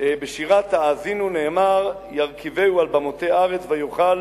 בשירת "האזינו" נאמר "ירכבהו על במתי ארץ ויאכל